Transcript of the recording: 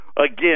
again